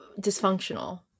dysfunctional